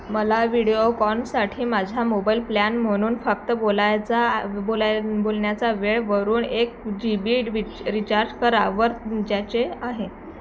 मला व्हिडिओकॉनसाठी माझ्या मोबाईल प्लॅन म्हणून फक्त बोलायचा बोलाय बोलण्याचा वेळवरून एक जी बी रिचार्ज करा वर ज्याचे आहे